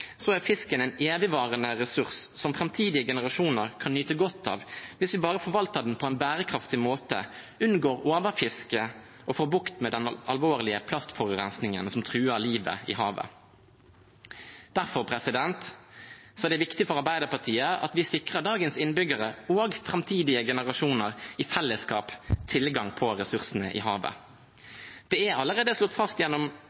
er fisken en evigvarende ressurs som framtidige generasjoner kan nyte godt av hvis vi bare forvalter den på en bærekraftig måte, unngår overfiske og får bukt med den alvorlige plastforurensningen, som truer livet i havet. Derfor er det viktig for Arbeiderpartiet at vi sikrer dagens innbyggere og framtidige generasjoner i fellesskap tilgang på ressursene i havet. Det er allerede slått fast gjennom